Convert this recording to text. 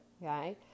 right